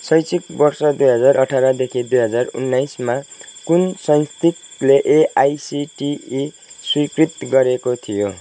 शैक्षिक वर्ष दुई हजार अठार दुई हजार उन्नाइसमा कुन संस्थानले एआइसिटिई स्वीकृत गरेको थियो